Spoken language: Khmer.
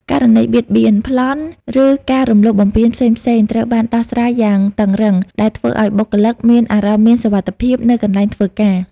ករណីបៀតបៀន ប្លន់ ឬការរំលោភបំពានផ្សេងៗត្រូវបានដោះស្រាយយ៉ាងតឹងរ៉ឹង ដែលធ្វើឲ្យបុគ្គលិកមានអារម្មណ៍មានសុវត្ថិភាពនៅកន្លែងធ្វើការ។